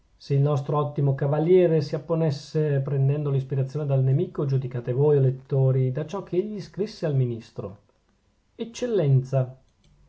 se il nostro ottimo cavaliere si apponesse prendendo l'ispirazione dal nemico giudicate voi o lettori da ciò ch'egli scrisse al ministro eccellenza